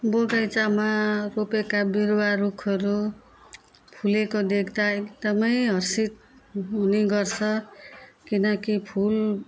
बगैँचामा रोपेका बिरुवा रुखहरू फुलेको देख्दा एकदमै हर्षित हुनेगर्छ किनकि फुल